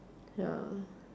ya